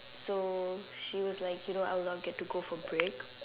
so she was like you know I will not get to go for break